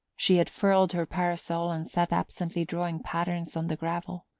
she had furled her parasol and sat absently drawing patterns on the gravel.